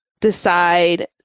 decide